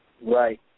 Right